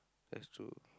that's true